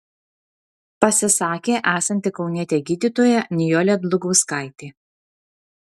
pasisakė esanti kaunietė gydytoja nijolė dlugauskaitė